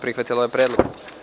prihvatila ovaj predlog.